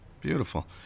Beautiful